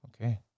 Okay